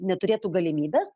neturėtų galimybės